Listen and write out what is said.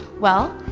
well,